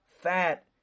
fat